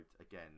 again